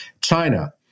China